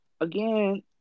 Again